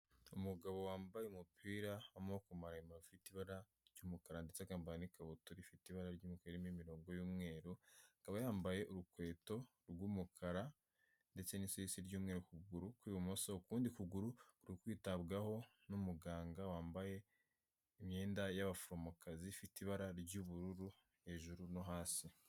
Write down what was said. Umugabo wambaye umupira w’amaboko maremare afite ibara ry'umukara ndetse akaba yambaye n'ikabutura ifite ibara ry'umumweru irimo imirongo y'umweru akaba yambaye urukweto rw'umukara ndetse n’imisatsi y'umweru ukuguru kw'ibumoso ukundi kuguru urikwitabwaho n'umuganga wambaye imyenda y'abaforomokazi ifite ibara ry'ubururu hejuru no hasi.